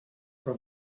for